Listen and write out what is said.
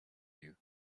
you